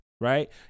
right